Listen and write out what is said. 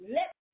Let